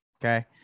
okay